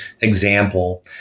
example